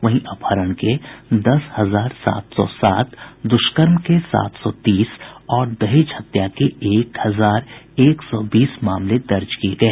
वहीं अपहरण के दस हजार सात सौ सात दुष्कर्म के सात सौ तीस और दहेज हत्या के एक हजार एक सौ बीस मामले दर्ज किये गये